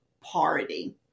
Party